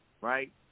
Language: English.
right